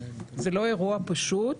זה לא אירוע פשוט.